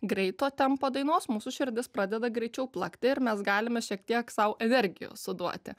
greito tempo dainos mūsų širdis pradeda greičiau plakti ir mes galime šiek tiek sau energijos suduoti